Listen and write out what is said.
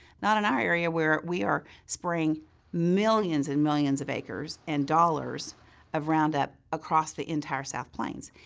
not in our area, where we are spraying millions and millions of acres and dollars of roundup across the entire south plains.